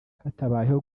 hatabayeho